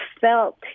felt